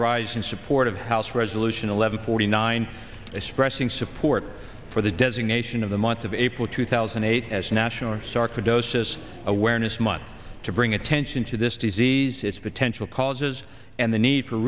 rising support of house resolution eleven forty nine expressing support for the designation of the month of april two thousand and eight as national sarcoidosis awareness month to bring attention to this disease its potential causes and the need for